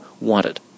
wanted